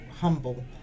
humble